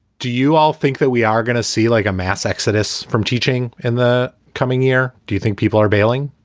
do you all think that we are going to see like a mass exodus from teaching in the coming year? do you think people are bailing?